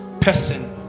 person